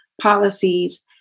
policies